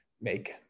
make